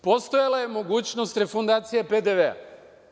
Postojala je mogućnost refundacije PDV-a.